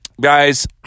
guys